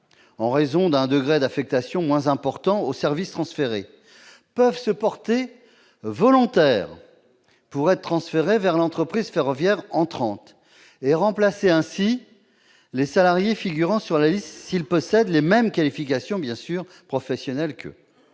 en raison d'un degré d'affectation moins important au service transféré peuvent se porter volontaires pour être transférés à l'entreprise ferroviaire entrante, et ainsi remplacer les salariés figurant sur la liste s'ils possèdent les mêmes qualifications professionnelles que